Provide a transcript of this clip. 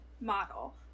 model